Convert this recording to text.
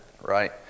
right